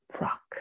rock